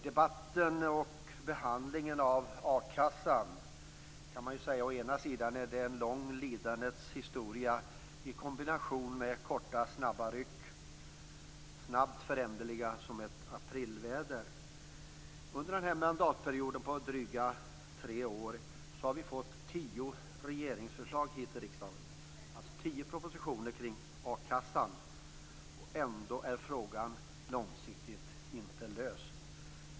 Debatten om och behandlingen av a-kassan kan man säga är en lång lidandeshistoria i kombination med korta, snabba ryck, snabbt föränderliga som ett aprilväder. Under den här mandatperiodens dryga tre år har vi fått tio regeringsförslag om a-kassan hit till riksdagen. Ändå är frågan inte långsiktigt löst.